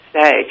say